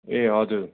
ए हजुर